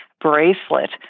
bracelet